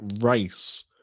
race